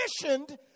commissioned